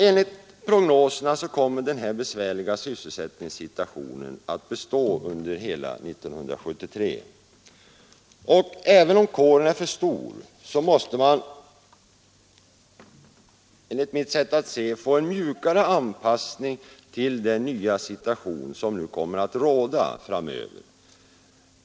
Enligt prognoserna kommer den besvärliga sysselsättningssituationen att bestå under hela 1973, och även om byggnadsarbetarkåren är för stor måste man enligt mitt sätt att se få en mjukare anpassning till den nya situation som kommer att råda framöver.